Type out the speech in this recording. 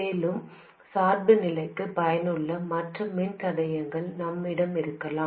மேலும் சார்புநிலைக்கு பயனுள்ள மற்ற மின்தடையங்கள் நம்மிடம் இருக்கலாம்